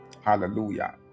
Hallelujah